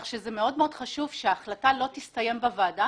מאוד מאוד חשוב שההחלטה לא תסתיים בוועדה,